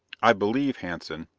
i believe, hanson,